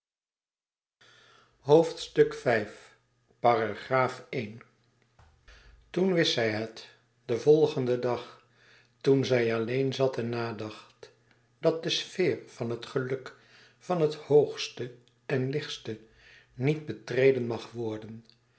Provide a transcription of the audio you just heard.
toen wist zij het den volgenden dag toen zij alleen zat en nadacht dat de sfeer van het geluk van het hoogste en lichtste niet betreden mag worden